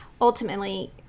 ultimately